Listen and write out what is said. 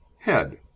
head